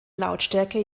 lautstärke